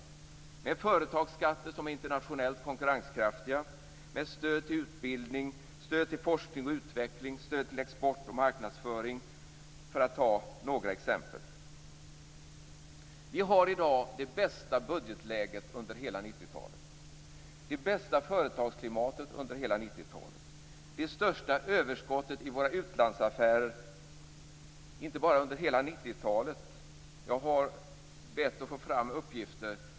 Vi gör det med företagsskatter som är internationellt konkurrenskraftiga, stöd till utbildning, stöd till forskning och utveckling och stöd till export och marknadsföring, för att ta några exempel. Vi har i dag det bästa budgetläget under hela 90 talet och det bästa företagsklimatet under hela 90 talet. Vi har det största överskottet i våra utlandsaffärer, och det gäller inte bara hela 90-talet. Jag har bett att få fram uppgifter.